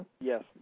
Yes